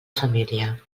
família